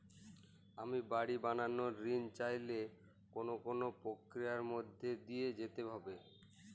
আমি বাড়ি বানানোর ঋণ চাইলে কোন কোন প্রক্রিয়ার মধ্যে দিয়ে যেতে হবে?